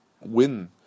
win